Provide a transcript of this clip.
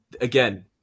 again